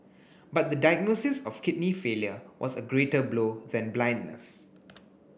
but the diagnosis of kidney failure was a greater blow than blindness